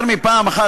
יותר מפעם אחת,